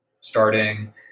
starting